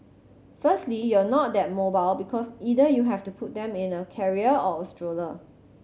firstly you're not that mobile because either you have to put them in a carrier or a stroller